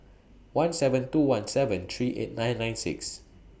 one seven two one seven three eight nine nine six